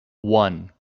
one